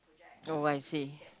oh I see